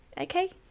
okay